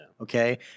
okay